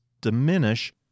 diminish